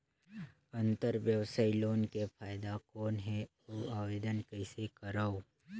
अंतरव्यवसायी लोन के फाइदा कौन हे? अउ आवेदन कइसे करव?